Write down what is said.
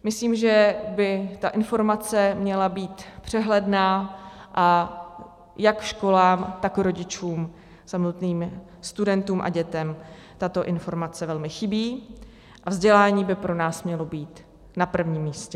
Myslím, že by ta informace měla být přehledná, a jak školám, tak i rodičům, samotným studentům a dětem tato informace velmi chybí, a vzdělání by pro nás mělo být na prvním místě.